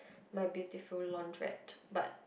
My-Beautiful-Laundrette but